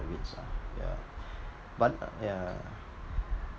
REITs ah yeah but yeah